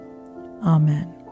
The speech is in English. Amen